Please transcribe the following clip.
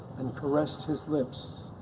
and caressed his lips,